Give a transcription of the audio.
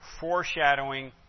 foreshadowing